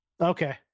Okay